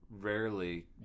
rarely